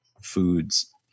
foods